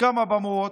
כמה במות,